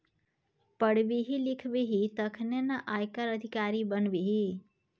पढ़बिही लिखबिही तखने न आयकर अधिकारी बनबिही